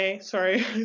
sorry